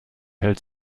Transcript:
hält